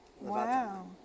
Wow